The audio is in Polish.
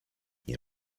nie